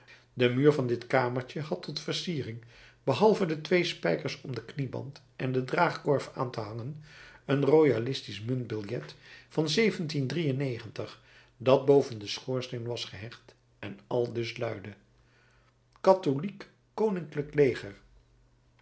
de muur van dit kamertje had tot versiering behalve de twee spijkers om den knieband en de draagkorf aan te hangen een royalistisch muntbiljet van dat boven den schoorsteen was gehecht en aldus luidde katholiek koninklijk leger